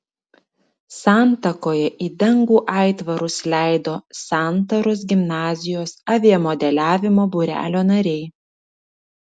santakoje į dangų aitvarus leido santaros gimnazijos aviamodeliavimo būrelio nariai